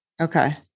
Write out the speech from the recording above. Okay